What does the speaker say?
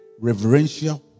reverential